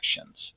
actions